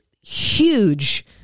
huge